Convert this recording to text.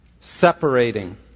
separating